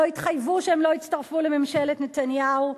לא התחייבו שהם לא יצטרפו לממשלת נתניהו.